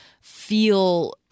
feel